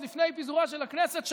עוד לפני פיזורה של הכנסת,